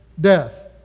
death